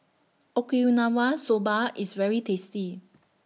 Okinawa Soba IS very tasty